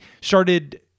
started